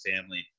family